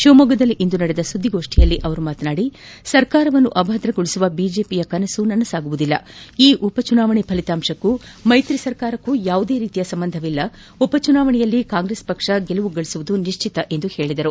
ಶಿವಮೊಗ್ಗದಲಿಂದು ನಡೆದ ಸುದ್ದಿಗೋಷ್ಠಿಯಲ್ಲಿ ಮಾತನಾಡಿದ ಅವರು ಸರ್ಕಾರವನ್ನು ಅಭದ್ರಗೊಳಿಸುವ ಬಿಜೆಪಿ ಕನಸು ನನಸಾಗುವುದಿಲ್ಲ ಈ ಉಪ ಚುನಾವಣೆ ಫಲಿತಾಂಶಕ್ಕೂ ಮೈತ್ರಿ ಸರ್ಕಾರಕ್ಕೂ ಯಾವುದೇ ರೀತಿಯ ಸಂಬಂಧವಿಲ್ಲ ಉಪಚುನಾವಣೆಯಲ್ಲಿ ಕಾಂಗ್ರೆಸ್ ಪಕ್ಷ ಗೆಲುವು ಗಳಿಸುವುದು ನಿಶ್ಚಿತ ಎಂದು ತಿಳಿಸಿದರು